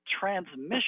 transmission